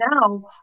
now